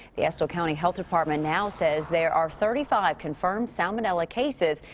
the estill county health department now says there are thirty-five confirmed salmonella cases.